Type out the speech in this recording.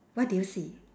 what do you see